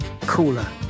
Cooler